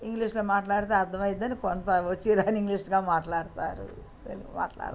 ఇంగ్లీషులో మాట్లాడితే అర్దమైద్దని కొంత వచ్చిరాని ఇంగ్లీష్గా మాట్లాడుతారు తెలుగు మాట్లాడతారు